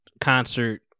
concert